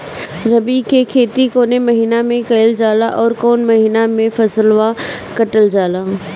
रबी की खेती कौने महिने में कइल जाला अउर कौन् महीना में फसलवा कटल जाला?